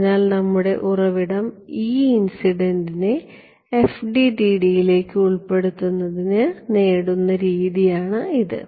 അതിനാൽ നമ്മുടെ ഉറവിടം E ഇൻസിഡൻറിനെ FDTD യിലേക്ക് ഉൾപ്പെടുത്തുന്നതിന് നേടുന്ന രീതിയാണ് ഇത്